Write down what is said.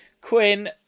Quinn